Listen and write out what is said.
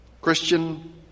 Christian